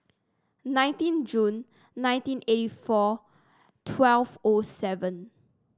nineteen June nineteen eighty four twelve O seven